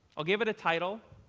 i'll give it a title,